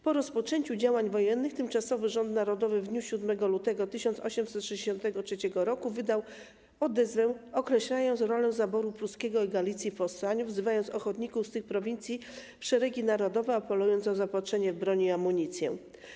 Po rozpoczęciu działań wojennych Tymczasowy Rząd Narodowy w dniu 7 lutego 1863 r. wydał odezwę, określając rolę zaboru pruskiego i Galicji w powstaniu, wzywając ochotników z tych prowincji w szeregi narodowe, apelując o zaopatrzenie w broń i amunicję.